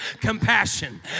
compassion